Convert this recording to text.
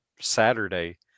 Saturday